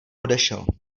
odešel